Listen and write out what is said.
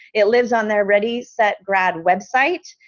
it lives on their ready set grad website,